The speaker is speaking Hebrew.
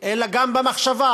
אלא גם במחשבה.